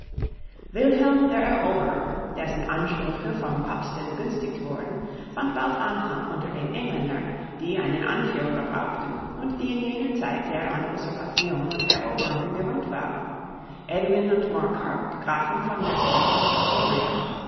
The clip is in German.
wilhelm der eroberer dessen ansprüche vom papste begünstigt wurden fand bald anhang unter den engländern die einen anführer brauchten und die in jener zeit sehr an usurpation und eroberungen gewöhnt waren edwin und morcar grafen von mercia und